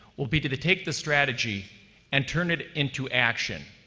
will be to to take the strategy and turn it into action.